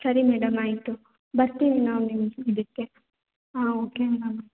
ಸರಿ ಮೇಡಮ್ ಆಯಿತು ಬರ್ತೀವಿ ನಾವು ನಿಮ್ಮ ಇದಕ್ಕೆ ಆಂ ಓಕೆ ಮೇಡಮ್